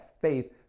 faith